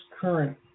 current